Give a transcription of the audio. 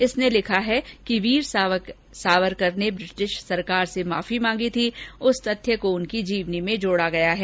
इसने लिखा है कि वीर सावरकर ने ब्रिटिश सरकार से माफी मांगी थी इस तथ्य को उनकी जीवनी में जोड़ा गया है